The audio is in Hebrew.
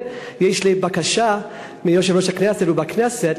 ויש לי בקשה מיושב-ראש הכנסת ומהכנסת.